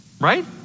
right